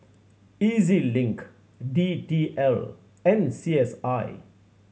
E Z Link D T L and C S I